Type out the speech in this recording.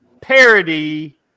parody